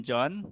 John